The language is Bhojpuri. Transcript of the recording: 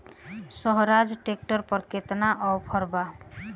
सोहराज ट्रैक्टर पर केतना ऑफर बा?